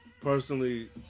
personally